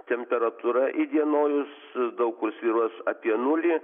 temperatūra įdienojus daug kur svyruos apie nulį